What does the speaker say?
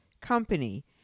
Company